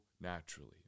naturally